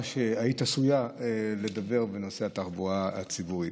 שהיית עשויה לדבר בנושא התחבורה הציבורית.